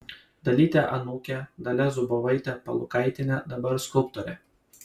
dalytė anūkė dalia zubovaitė palukaitienė dabar skulptorė